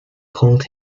called